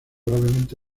gravemente